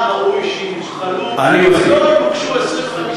היה ראוי שימחלו להם ולא, כתבי-אישום.